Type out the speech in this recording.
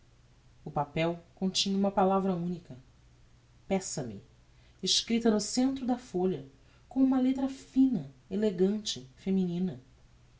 o papel continha uma palavra unica peça me escripta no centro da folha com uma lettra fina elegante feminina